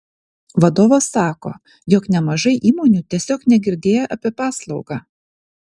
vadovas sako jog nemažai įmonių tiesiog negirdėję apie paslaugą